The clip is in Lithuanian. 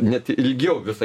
net ilgiau visą